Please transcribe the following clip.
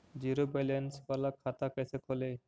Zero balance बाला खाता कैसे खोले?